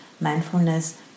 mindfulness